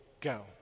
go